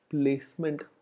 placement